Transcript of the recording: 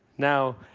now,